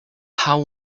how